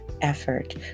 effort